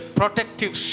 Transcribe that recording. protective